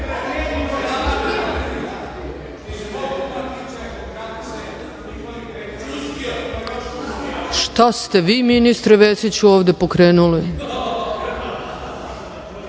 Šta ste vi, ministre Vesiću, ovde pokrenuli?